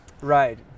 right